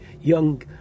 young